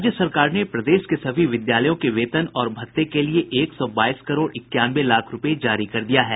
राज्य सरकार ने प्रदेश के सभी विद्यालयों के वेतन और भत्ते के लिये एक सौ बाईस करोड़ इक्यानवे लाख रूपये जारी कर दिया है